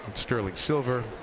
sterling silver.